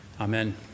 Amen